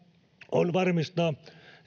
on varmistaa